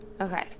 Okay